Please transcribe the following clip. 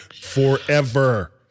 forever